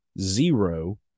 Zero